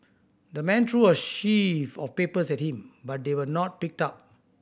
the man threw a sheaf of papers at him but they were not picked up